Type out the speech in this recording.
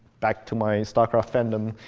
back to my starcraft fandom.